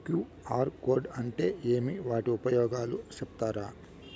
QR code అంటే ఏమి వాటి ఉపయోగాలు సెప్తారా?